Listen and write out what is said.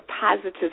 positive